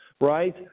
right